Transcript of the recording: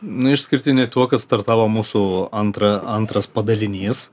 na išskirtiniai tuo kad startavo mūsų antra antras padalinys